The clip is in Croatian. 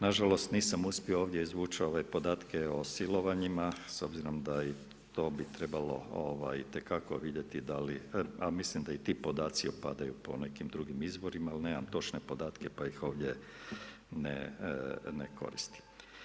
Nažalost nisam uspio ovdje izvući neke podatke o silovanjima, s obzirom da bi i to trebalo itekako vidjeti da li, a mislim da i ti podaci opadaju po nekim drugim izborima, ali nemam točne podatke, pa ih ovdje ne koristim.